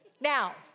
Now